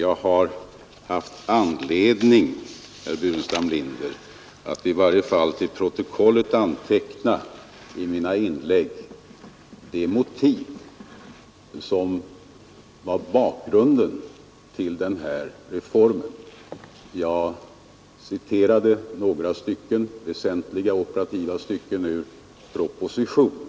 Jag har haft anledning, herr Burenstam Linder, att i varje fall i mina inlägg till protokollet ange de motiv som var bakgrunden till denna reform; jag citerade några väsentliga stycken ur propositionen.